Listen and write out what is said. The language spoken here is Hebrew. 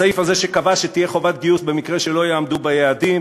הסעיף הזה שקבע שתהיה חובת גיוס במקרה שלא יעמדו ביעדים.